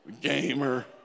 gamer